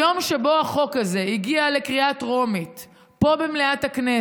היום שבו החוק הזה הגיע לקריאה טרומית פה במליאת הכנסת